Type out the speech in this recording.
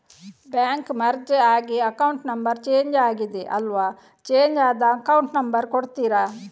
Bank merge ಆಗಿ account number change ಆಗಿದೆ ಅಲ್ವಾ, ಚೇಂಜ್ ಆದ ಅಕೌಂಟ್ ನಂಬರ್ ಕೊಡ್ತೀರಾ?